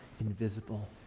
invisible